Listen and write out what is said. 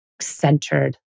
centered